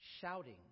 Shouting